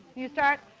you'll start?